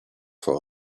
for